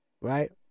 right